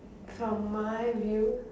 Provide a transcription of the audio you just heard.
from my view